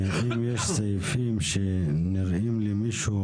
אם יש סעיפים שנראים למישהו